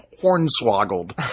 hornswoggled